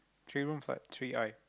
three room flat three I